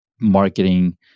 marketing